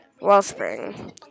wellspring